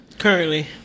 Currently